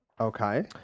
Okay